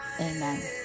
Amen